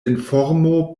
informo